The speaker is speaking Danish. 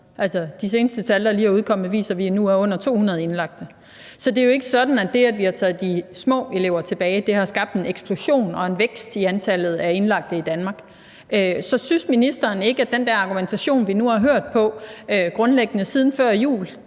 de seneste tal, der lige er udkommet, viser, at vi nu har under 200 indlagte. Så det er jo ikke sådan, at det, at vi har taget de små elever tilbage, har skabt en eksplosion og en vækst i antallet af indlagte i Danmark. Så synes ministeren ikke, at den der argumentation, vi nu har hørt på grundlæggende siden før jul